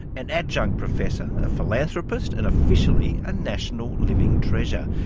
an adjunct professor, a philanthropist and officially, a national living treasure.